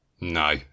no